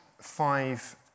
five